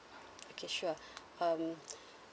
okay sure um